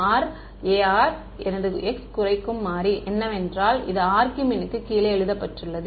அர் எனது x குறைக்கும் மாறி என்னவென்றால் அது ஆர்மினுக்கு கீழே எழுதப்பட்டுள்ளது